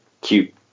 cute